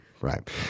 Right